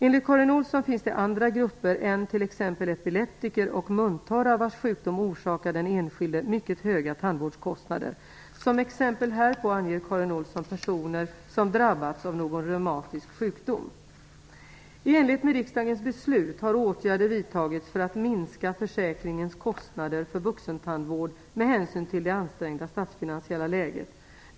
Enligt Karin Olsson finns det andra grupper än t.ex. epileptiker och muntorra vars sjukdom orsakar den enskilde mycket höga tandvårdskostnader. Som exempel härpå anger I enlighet med riksdagens beslut har åtgärder vidtagits för att minska försäkringens kostnader för vuxentandvård med hänsyn till det ansträngda statsfinansiella läget.